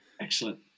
Excellent